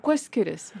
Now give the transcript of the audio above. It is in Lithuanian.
kuo skiriasi